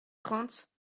trente